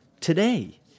today